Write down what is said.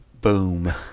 Boom